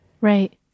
Right